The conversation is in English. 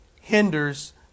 hinders